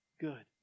good